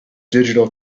digital